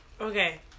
Okay